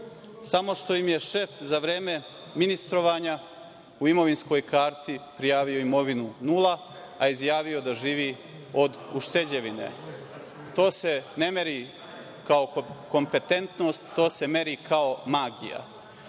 samo što im je šef za vreme ministrovanja u imovinskoj karti prijavio imovinu nula, a izjavio da živi od ušteđevine. To se ne meri kao kompetentnost, to se meri kao magija. Pričaju